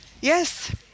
Yes